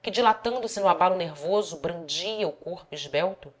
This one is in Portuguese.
que dilatando-se no abalo nervoso brandia o corpo esbelto